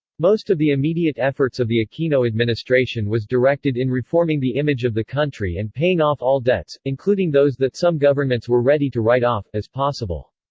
most of the immediate efforts of the aquino administration was directed in reforming the image of the country and paying off all debts, including those that some governments were ready to write-off, as possible.